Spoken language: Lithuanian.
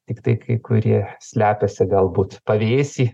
tiktai kai kurie slepiasi galbūt pavėsy